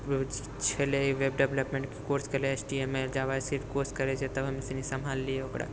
छलै web development कोर्सके लिए H T M L JavaScript course करै छै तब हमेसनी सम्भालिए ओकरा